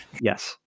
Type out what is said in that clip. Yes